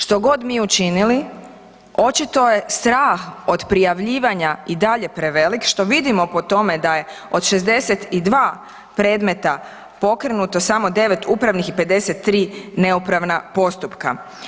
Što god mi učinili, očito je strah od prijavljivanja i dalje prevelik, što vidimo po tome da je od 62 predmeta pokrenuto, samo 9 upravnih i 53 neupravna postupka.